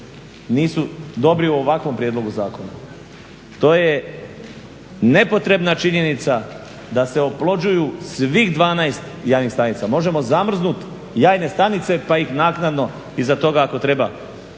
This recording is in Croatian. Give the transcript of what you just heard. nisu dobri u ovakvom prijedlogu zakona. To je nepotrebna činjenica da se oplođuju svih 12 jajnih stanica. Možemo zamrznuti jajne stanice pa ih naknadno iza toga ako treba